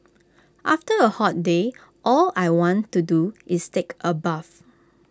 after A hot day all I want to do is take A bath